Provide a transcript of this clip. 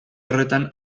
horretan